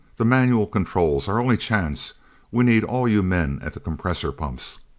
the manual controls our only chance we need all you men at the compressor pumps!